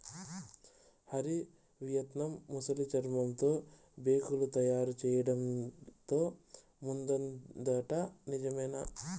Hari, Vietnam ముసలి చర్మంతో బేగులు తయారు చేయడంతో ముందుందట నిజమేనా